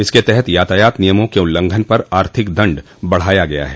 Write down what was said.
इसके तहत यातायात नियमों के उल्लंघन पर आर्थिक दंड बढ़ाया गया है